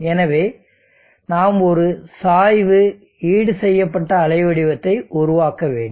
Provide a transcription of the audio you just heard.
எனவே நாம் ஒரு சாய்வு ஈடுசெய்யப்பட்ட அலைவடிவத்தை உருவாக்க வேண்டும்